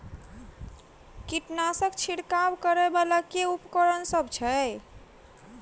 कीटनासक छिरकाब करै वला केँ उपकरण सब छै?